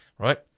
Right